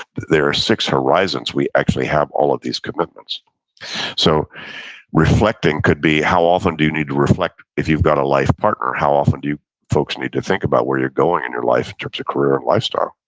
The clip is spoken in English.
there are six horizons, we actually have all of this commitments so reflecting could be, how often do you need to reflect, if you've got a life partner, how often do you folks need to think about where you're going in your life in terms of career and lifestyle.